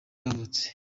yavutse